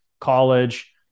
college